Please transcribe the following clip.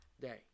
day